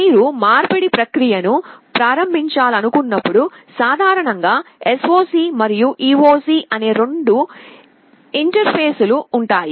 మీరు మార్పిడి ప్రక్రియను ప్రారంభించాలనుకున్నప్పుడు సాధారణంగా SOC మరియు EOC అనే రెండు ఇంటర్ఫేస్ లు గా ఉంటాయి